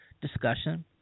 discussion